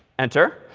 enter.